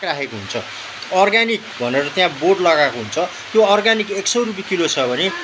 राखेको हुन्छ अर्ग्यानिक भनेर त्यहाँ बोर्ड लगाएको हुन्छ त्यो अर्ग्यानिक एक सौ रुपियाँ किलो छ भने